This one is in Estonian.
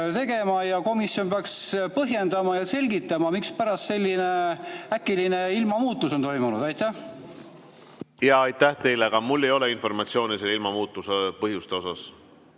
tegema ja komisjon peaks põhjendama ja selgitama, mispärast selline äkiline ilmamuutus on toimunud. Aitäh teile! Mul ei ole informatsiooni selle ilmamuutuse põhjuste